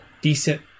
decent